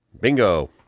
Bingo